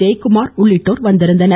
ஜெயக்குமார் உள்ளிட்டோர் வந்திருந்தனர்